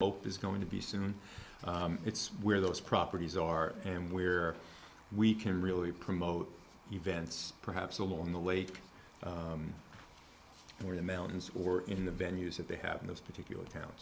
both is going to be soon it's where those properties are and where we can really promote events perhaps along the lake or the mountains or in the venues that they have in this particular